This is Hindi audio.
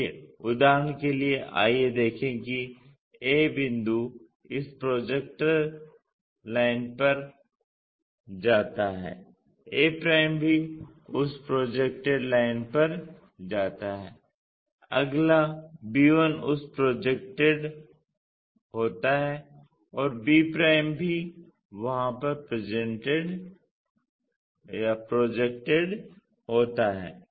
इसलिए उदाहरण के लिए आइए देखें कि a बिंदु इस प्रोजेक्टर लाइन पर जाता है a भी उस प्रोजेक्टेड लाइन पर जाता है अगला b1 उस पर प्रोजेक्टेड होता है और b भी वहां पर प्रोजेक्टेड होता है